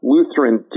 Lutheran